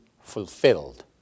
fulfilled